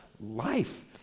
life